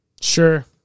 Sure